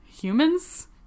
humans